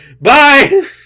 Bye